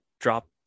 drop